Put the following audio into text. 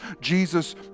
Jesus